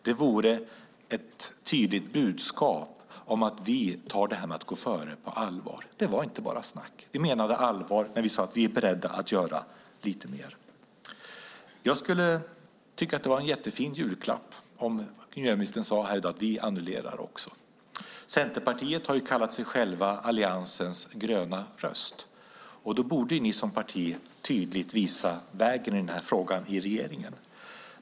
Det vore ett tydligt budskap om att vi tar detta med att gå före på allvar. Det var inte bara snack - vi menade allvar när vi sade att vi var beredda att göra lite mer. Det skulle vara en jättefin julklapp om miljöministern här i dag kunde säga att vi också ska annullera. Centerpartiet har kallat sig Alliansens gröna röst. Då borde ni som parti tydligt visa vägen i den här frågan i regeringen.